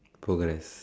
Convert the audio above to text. progress